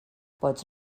pots